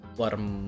warm